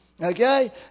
Okay